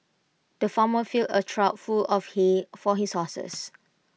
the farmer filled A trough full of hay for his horses